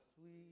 sweet